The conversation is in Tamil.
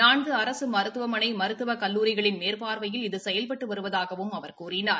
நான்கு அரசு மருத்துவமனை மருத்துவக் கல்லூரியின் மேற்பார்வையில் இது செயல்பட்டு வருவதாகவும் அவர் கூறினார்